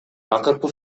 акыркы